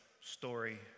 story